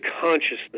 consciousness